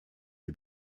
die